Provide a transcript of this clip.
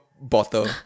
bottle